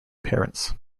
parents